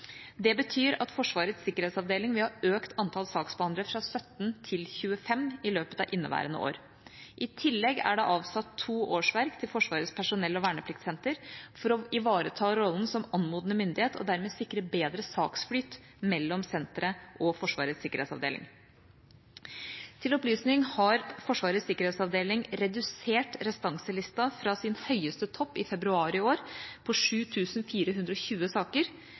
Det betyr at Forsvarets sikkerhetsavdeling vil ha økt antallet saksbehandlere fra 17 til 25 i løpet av inneværende år. I tillegg er det avsatt to årsverk til Forsvarets personell- og vernepliktssenter for å ivareta rollen som anmodende myndighet, og dermed sikre bedre saksflyt mellom senteret og Forsvarets sikkerhetsavdeling. Til opplysning har Forsvarets sikkerhetsavdeling redusert restanselista fra det høyeste på 7 420 saker i februar i år til 3 660 saker